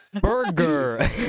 Burger